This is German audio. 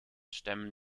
stämmen